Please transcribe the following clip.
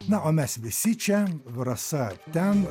na o mes visi čia rasa ten